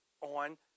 on